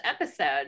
episode